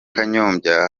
kanyombya